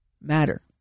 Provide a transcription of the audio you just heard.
matter